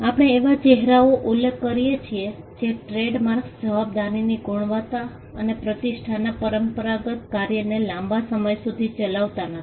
આપણે એવા ચહેરાનો ઉલ્લેખ કરીએ છીએ જે ટ્રેડમાર્ક્સ જવાબદારીની ગુણવત્તા અથવા પ્રતિષ્ઠાના પરંપરાગત કાર્યને લાંબા સમય સુધી ચલાવતા નથી